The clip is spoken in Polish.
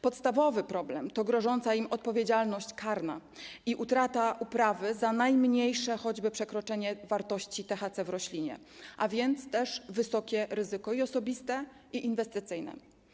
Podstawowym problemem jest grożąca im odpowiedzialność karna i utrata uprawy za najmniejsze choćby przekroczenie wartości THC w roślinie, a więc wysokie ryzyko i osobiste, i inwestycyjne.